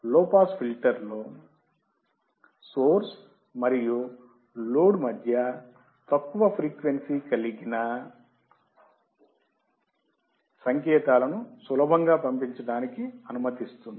లో pass filter మూలం మరియు లోడ్ మధ్య చేయడానికి తక్కువ ఫ్రీక్వెన్సీ కలిగిన సంకేతాలను సులభంగా పంపించడానికి అనుమతిస్తుంది